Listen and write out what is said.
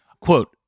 Quote